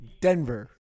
Denver